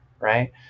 right